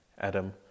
adam